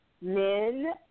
men